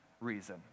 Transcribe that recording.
reason